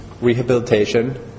rehabilitation